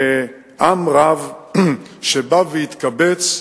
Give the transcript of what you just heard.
עם רב שבא והתקבץ,